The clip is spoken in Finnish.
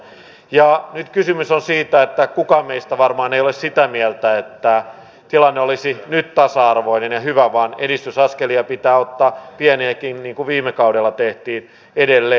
ja nyt kysymys on siitä että kukaan meistä varmaan ei ole sitä mieltä että tilanne olisi nyt tasa arvoinen ja hyvä vaan edistysaskelia pitää ottaa pieniäkin niin kuin viime kaudella tehtiin edelleen